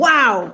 Wow